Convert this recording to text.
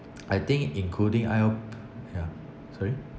I think including ya sorry